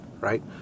right